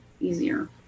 easier